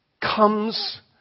comes